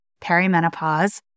perimenopause